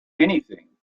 anything